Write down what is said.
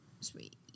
sweet